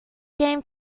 game